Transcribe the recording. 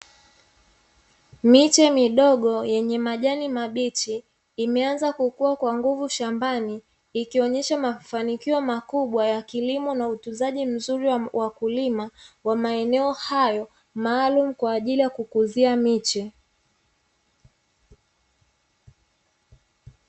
Miche midogo yenye majani mabichi, imeanza kukua kwa nguvu shambani, ikionyesha mafanikio makubwa ya kilimo na utunzaji mzuri wa wakulima, wa maeneo hayo, maalumu kwa ajili ya kukuzia miche.